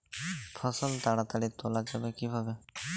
ফসল তাড়াতাড়ি তোলা যাবে কিভাবে?